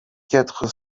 quatre